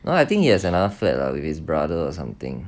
no I think he has another flat lah with his brother or something